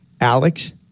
Alex